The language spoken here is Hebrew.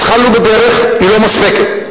התחלנו בדרך, היא לא מספקת.